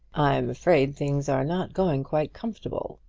i'm afraid things are not going quite comfortable,